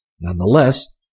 Nonetheless